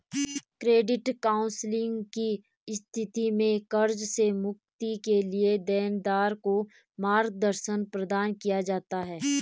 credit counselling की स्थिति में कर्ज से मुक्ति के लिए देनदार को मार्गदर्शन प्रदान किया जाता है